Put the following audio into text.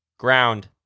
ground